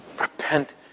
repent